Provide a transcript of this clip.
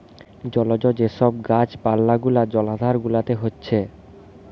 জলজ যে সব গাছ পালা গুলা জলাধার গুলাতে হচ্ছে